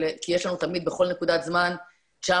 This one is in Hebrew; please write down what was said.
כי יש לנו תמיד בכל נקודת זמן 900,